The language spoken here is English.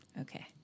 Okay